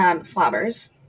slobbers